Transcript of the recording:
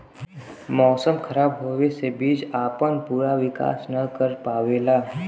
मौसम खराब होवे से बीज आपन पूरा विकास न कर पावेला